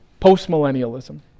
postmillennialism